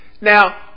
Now